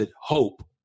hope